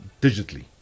digitally